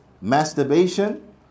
masturbation